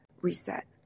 reset